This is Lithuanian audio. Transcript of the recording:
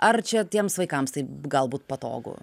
ar čia tiems vaikams tai galbūt patogu